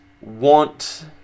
want